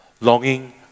longing